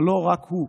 אבל לא רק הוא,